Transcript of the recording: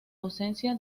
ausencia